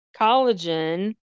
collagen